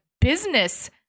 business